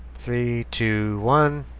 three two one.